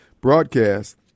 broadcast